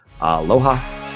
aloha